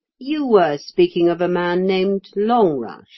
you were speaking of a man named longrush,